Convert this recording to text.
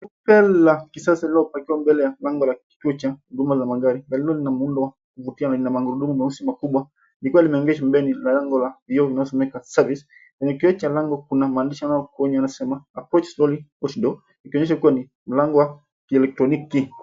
...kisasa lililopakiwa pale mbele ya lango la kiota, guma za mangari. Na lile na muundo wa kuvutia na mangurumo meupe makubwa. Nikweli imeingia shule mbele ya lango la vio vinasomeka service. Lakini kile cha lango kuna mwandishi anasema approach slowly, push door. Ikionyesha kuwa ni mlango wa kielektroniki.